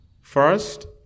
First